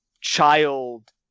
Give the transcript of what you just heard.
Child